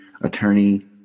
attorney